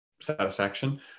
satisfaction